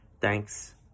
Thanks